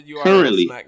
Currently